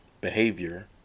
behavior